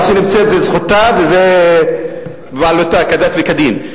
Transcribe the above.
מה שנמצאת זו זכותה כדת וכדין.